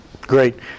Great